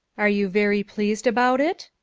are you very pleased about it?